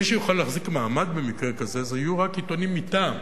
מי שיוכל להחזיק מעמד במקרה כזה יהיו רק עיתונים מטעם,